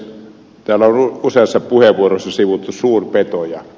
täällä on useassa puheenvuorossa sivuttu suurpetoja